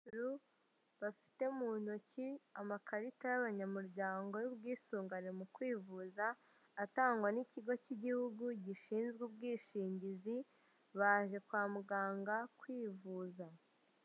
Bafite mu ntoki amakarita y'abanyamuryango y'ubwisungane mu kwivuza, atangwa n'ikigo cy'igihugu gishinzwe ubwishingizi, baje kwa muganga kwivuza.